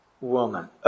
woman